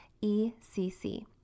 E-C-C